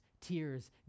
tears